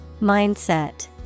Mindset